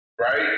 Right